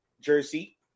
Jersey